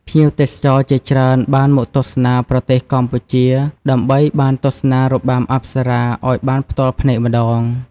ភ្ញៀវទេសចរជាច្រើនបានមកទស្សនាប្រទេសកម្ពុជា ដើម្បីបានទស្សនារបាំអប្សរាឲ្យបានផ្ទាល់ភ្នែកម្តង។